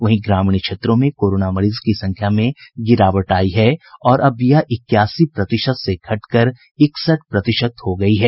वहीं ग्रामीण क्षेत्रों में कोरोना मरीज की संख्या में गिरावट आयी है और अब यह इक्यासी प्रतिशत से घटकर इकसठ प्रतिशत हो गयी है